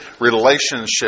relationship